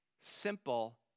simple